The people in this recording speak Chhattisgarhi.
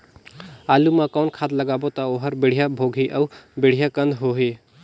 आलू मा कौन खाद लगाबो ता ओहार बेडिया भोगही अउ बेडिया कन्द होही?